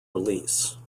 release